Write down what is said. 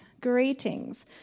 greetings